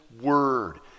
Word